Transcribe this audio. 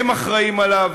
הם אחראים לו,